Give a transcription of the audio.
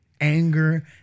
anger